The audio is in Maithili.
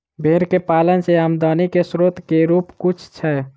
भेंर केँ पालन सँ आमदनी केँ स्रोत केँ रूप कुन छैय?